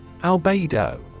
Albedo